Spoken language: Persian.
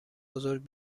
بزرگ